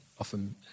often